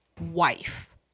wife